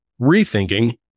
rethinking